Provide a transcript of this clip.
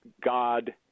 God